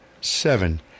seven